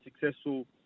successful